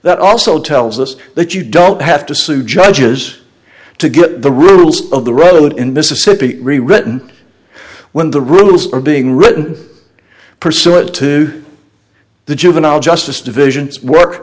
that also tells us that you don't have to sue judges to get the rules of the road in mississippi written when the rules are being written pursuant to the juvenile justice divisions